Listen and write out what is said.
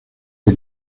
que